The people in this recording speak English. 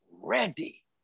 ready